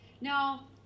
Now